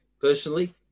personally